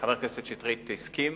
חבר הכנסת שטרית הסכים.